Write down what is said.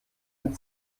den